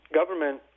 government